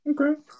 Okay